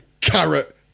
carrot